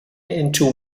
into